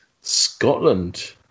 Scotland